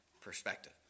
perspective